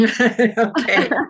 Okay